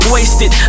Wasted